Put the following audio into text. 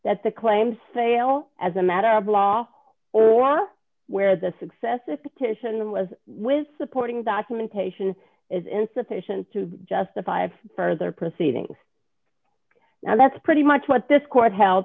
that the claims fail as a matter of law or where the success of titian was with supporting documentation is insufficient to justify further proceedings and that's pretty much what this court